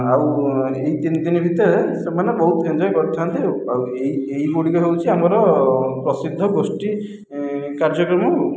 ଆଉ ଏହି ତିନି ଦିନ ଭିତରେ ସେମାନେ ବହୁତ ଏନ୍ଜୟ କରିଥାନ୍ତି ଆଉ ଏହି ଏହିଗୁଡ଼ିକ ହେଉଛି ଆମର ପ୍ରସିଦ୍ଧ ଗୋଷ୍ଠୀ କାର୍ଯ୍ୟକ୍ରମ ଆଉ